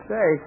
Say